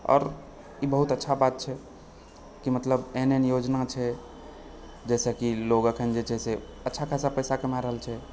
आओर इ बहुत अच्छा बात छै कि मतलब एहन एहन योजना छै जहिसँ कि लोग अखन जे छै से अच्छा खासा पैसा कमा रहल छै